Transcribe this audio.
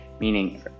Meaning